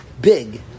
big